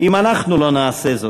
אם אנחנו לא נעשה זאת.